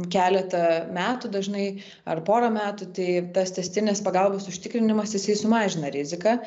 keletą metų dažnai ar porą metų tai tas tęstinės pagalbos užtikrinimas jisai sumažina riziką